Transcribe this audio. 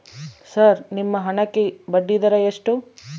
Sir ನಿಮ್ಮ ಹಣಕ್ಕೆ ಬಡ್ಡಿದರ ಎಷ್ಟು?